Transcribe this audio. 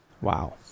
Wow